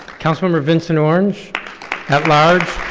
councilmember vincent orange at large.